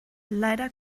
leider